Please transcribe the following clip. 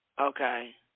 Okay